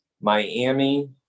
Miami